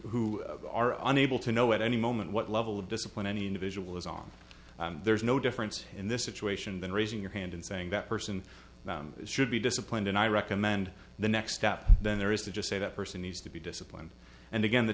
who are unable to know at any moment what level of discipline any individual is on there's no difference in this situation than raising your hand and saying that person should be disciplined and i recommend the next step then there is to just say that person needs to be disciplined and again the